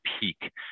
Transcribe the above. peak